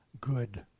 Good